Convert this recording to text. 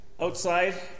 outside